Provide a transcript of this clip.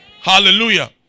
hallelujah